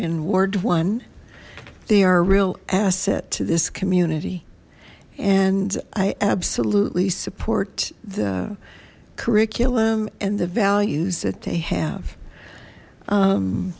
in ward one they are a real asset to this community and i absolutely support the curriculum and the values that they have